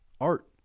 art